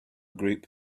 group